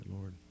Lord